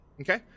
okay